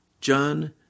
John